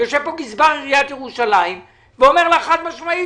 יושב כאן גזבר עיריית ירושלים ואומר לך חד משמעית